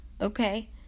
okay